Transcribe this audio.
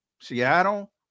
Seattle